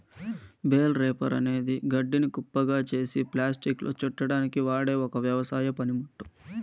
bale wrapper అనేది గడ్డిని కుప్పగా చేసి ప్లాస్టిక్లో చుట్టడానికి వాడె ఒక వ్యవసాయ పనిముట్టు